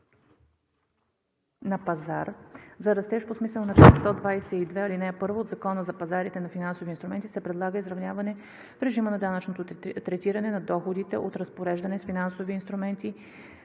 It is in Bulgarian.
на пазар за растеж по смисъла на чл. 122, ал. 1 от Закона за пазарите на финансови инструменти се предлага изравняване в режима на данъчно третиране на доходите от разпореждане с финансови инструменти